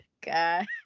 God